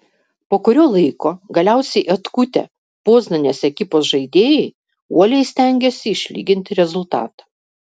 po kurio laiko galiausiai atkutę poznanės ekipos žaidėjai uoliai stengėsi išlyginti rezultatą